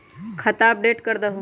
खाता अपडेट करदहु?